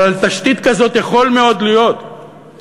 אבל על תשתית כזאת יכול מאוד להיות שאתם,